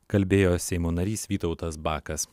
kalbėjo seimo narys vytautas bakas